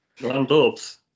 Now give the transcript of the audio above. landlords